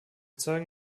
zeugen